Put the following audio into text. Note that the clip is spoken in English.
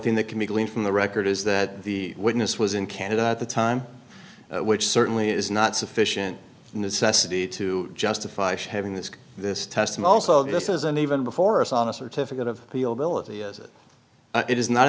thing that can be gleaned from the record is that the witness was in canada at the time which certainly is not sufficient necessity to justify shaving this this test of also this isn't even before us on the certificate of military as it is not